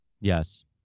Yes